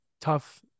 tough